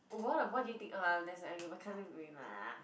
what what do you think